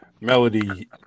Melody